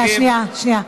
שנייה, שנייה.